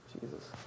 Jesus